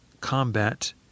combat